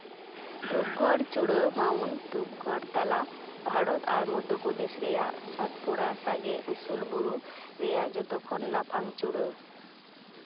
ᱫᱷᱩᱯᱜᱚᱲ ᱪᱩᱲᱟᱹ ᱢᱟᱣᱩᱱᱴ ᱫᱷᱩᱯᱜᱚᱲ ᱛᱟᱞᱟᱼᱵᱷᱟᱨᱚᱛ ᱟᱨ ᱢᱚᱫᱽᱫᱷᱚᱯᱨᱚᱫᱮᱥ ᱨᱮᱭᱟᱜ ᱥᱟᱛᱯᱩᱨᱟ ᱥᱟᱸᱜᱮ ᱩᱥᱩᱞ ᱵᱩᱨᱩ ᱨᱮᱭᱟᱜ ᱡᱚᱛᱚ ᱠᱷᱚᱱ ᱞᱟᱯᱷᱟᱝ ᱪᱩᱲᱟᱹ